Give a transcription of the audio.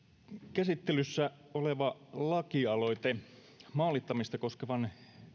käsittelyssä oleva lakialoite maalittamista koskevan